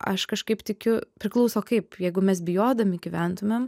aš kažkaip tikiu priklauso kaip jeigu mes bijodami gyventumėm